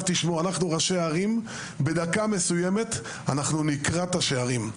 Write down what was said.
אנחנו ראשי הערים בדקה מסוימת נקרע את השערים.